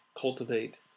cultivate